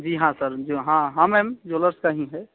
जी हाँ सर जो हाँ हाँ मैम ज्वेलर्स का ही है